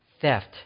theft